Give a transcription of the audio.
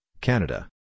Canada